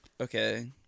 okay